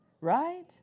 right